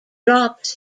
drops